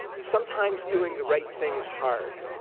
sometimes doing the right thing is hard,